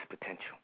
potential